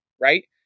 right